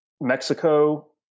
Mexico